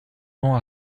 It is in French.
bon